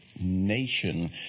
nation